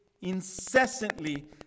incessantly